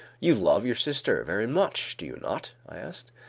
you love your sister very much, do you not? i asked.